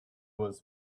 was